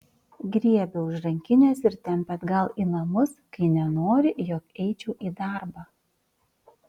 griebia už rankinės ir tempia atgal į namus kai nenori jog eičiau į darbą